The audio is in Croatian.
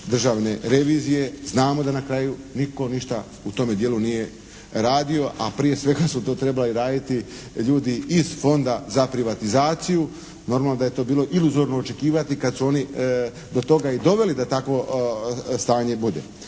državne revizije, znamo da na kraju nitko ništa u tome dijelu nije radio, a prije svega su to trebali raditi ljudi iz Fonda za privatizaciju. Normalno da je to bilo iluzorno očekivati kad su oni do toga i doveli da takvo stanje bude.